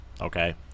Okay